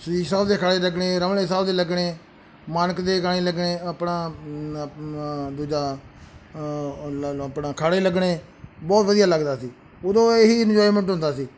ਸ਼ਰੀਫ ਸਾਹਿਬ ਦੇ ਅਖਾੜੇ ਲੱਗਣੇ ਰਮਲੇ ਸਾਹਿਬ ਦੇ ਲੱਗਣੇ ਮਾਣਕ ਦੇ ਗਾਣੇ ਲੱਗਣੇ ਆਪਣਾ ਦੂਜਾ ਆਪਣਾ ਅਖਾੜੇ ਲੱਗਣੇ ਬਹੁਤ ਵਧੀਆ ਲੱਗਦਾ ਸੀ ਉਦੋਂ ਇਹੀ ਇੰਜੋਏਮੈਂਟ ਹੁੰਦਾ ਸੀ